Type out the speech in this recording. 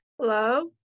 hello